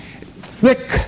thick